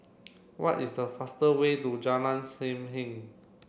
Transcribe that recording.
what is the fastest way to Jalan Sam Heng